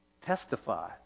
testify